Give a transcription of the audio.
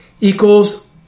equals